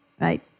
right